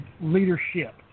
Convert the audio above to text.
leadership